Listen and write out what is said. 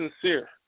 sincere